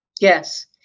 yes